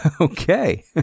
Okay